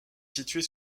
située